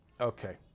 okay